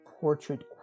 portrait